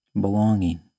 belonging